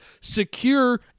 secure